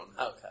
Okay